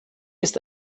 ist